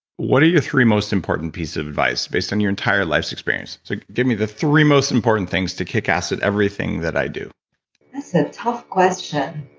what are your three most important pieces of advice based on your entire life's experience? so, give me the three most important things to kick ass at everything that i do that's a tough question.